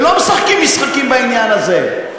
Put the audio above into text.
ולא מְשַׂחֲקִים מִשְׂחָקִים בעניין הזה.